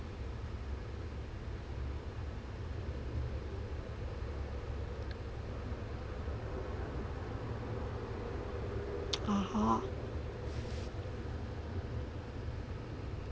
(uh huh)